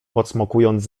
pocmokując